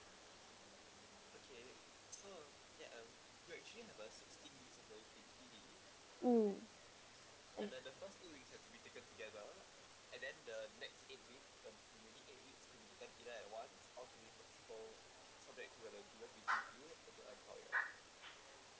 mm